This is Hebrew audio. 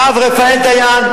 הרב רפאל דיין,